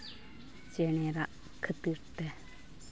ᱪᱮᱬᱮ ᱨᱟᱜ ᱠᱷᱟᱹᱛᱤᱨ ᱛᱮ